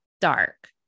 dark